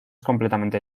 completamente